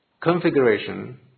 configuration